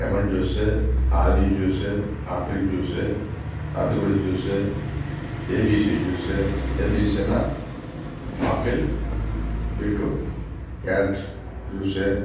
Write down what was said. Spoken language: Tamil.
lemon juice orange juice apple juice சாத்துக்குடி ஜூஸு ஏபிசி ஜூஸு ஏபிசினால் ஆப்பிள் பீட்ருட் கேரட் ஜூஸு